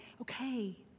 okay